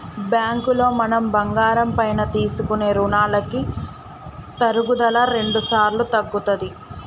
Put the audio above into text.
బ్యాంకులో మనం బంగారం పైన తీసుకునే రుణాలకి తరుగుదల రెండుసార్లు తగ్గుతది